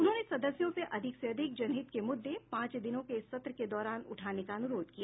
उन्होंने सदस्यों से अधिक से अधिक जनहित के मुद्दे पांच दिनों के इस सत्र के दौरान उठाने का अनुरोध किया